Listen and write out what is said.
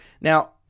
Now